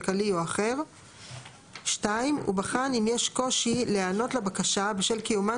כלכלי או אחר; (ב) הוא בחן אם יש קושי להיענות לבקשה בשל קיומן